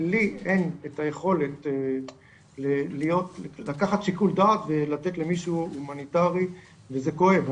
לי אין את היכולת לקחת שיקול דעת ולתת למישהו הומניטרי וזה כואב.